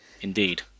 Indeed